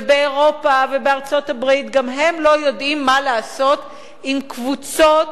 ובאירופה ובארצות-הברית גם הם לא יודעים מה לעשות עם קבוצות